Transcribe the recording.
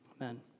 amen